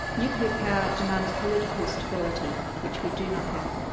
nuclear power demands political stability, which we do not have.